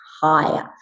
higher